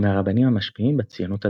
ומהרבנים המשפיעים בציונות הדתית.